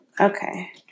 Okay